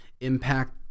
impact